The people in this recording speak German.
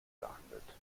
gehandelt